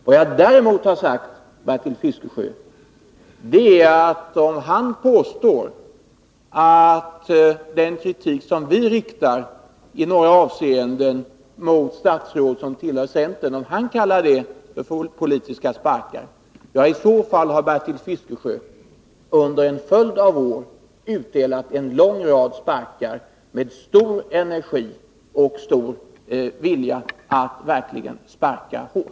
Vad jag däremot har sagt är att om Bertil Fiskesjö kallar den kritik som vi i några avseenden riktar mot statsråd som tillhör centern för politiska sparkar, så har Bertil Fiskesjö— med stor energi och vilja att verkligen sparka hårt — under en följd av år själv utdelat en lång rad sparkar.